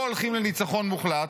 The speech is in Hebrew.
לא הולכים לניצחון מוחלט.